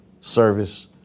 service